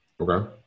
Okay